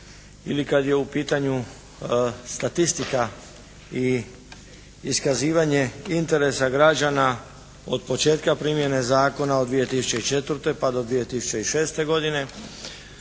ili kad je u pitanju statistika i iskazivanje interesa građana od početka primjene zakona od 2004. pa do 2006. godine.